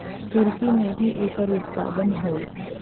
तुर्की में भी एकर उत्पादन होला